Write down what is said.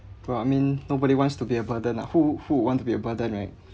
for a I mean nobody wants to be a burden lah who who would want to be a burden right